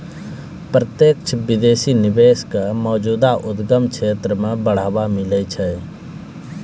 प्रत्यक्ष विदेशी निवेश क मौजूदा उद्यम क्षेत्र म बढ़ावा मिलै छै